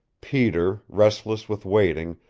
peter, restless with waiting,